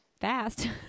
fast